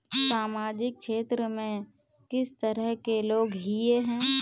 सामाजिक क्षेत्र में किस तरह के लोग हिये है?